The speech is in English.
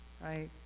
Right